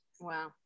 Wow